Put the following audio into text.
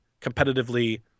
competitively